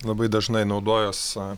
labai dažnai naudojuos